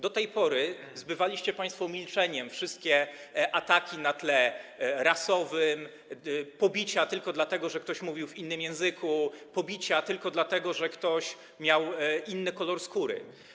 Do tej pory zbywaliście państwo milczeniem wszystkie ataki na tle rasowym, pobicia tylko dlatego, że ktoś mówił w innym języku, pobicia tylko dlatego, że ktoś miał inny kolor skóry.